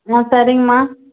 ஆ சரிங்கம்மா